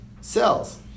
cells